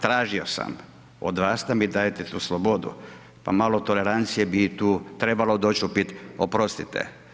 Tražio sam od vas da mi je dajete tu slobodu pa malo tolerancije bi tu trebalo doći u pitanje, oprostite.